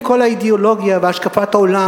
עם כל האידיאולוגיה והשקפת העולם